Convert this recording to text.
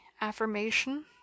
affirmation